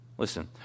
Listen